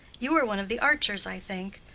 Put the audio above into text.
you are one of the archers, i think.